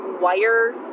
wire